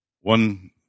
One